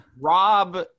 Rob